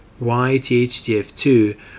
YTHDF2